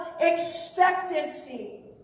expectancy